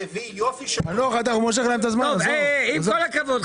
עם כל הכבוד,